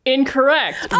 Incorrect